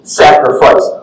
sacrifice